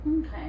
okay